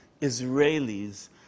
Israelis